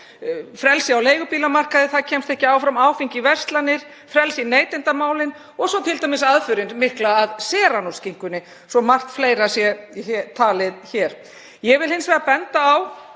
Frelsi á leigubílamarkaði; það kemst ekki áfram. Áfengi í verslanir, frelsi í neytendamálum og svo aðförin mikla að serranóskinkunni svo að margt fleira sé talið hér. Ég vil hins vegar benda á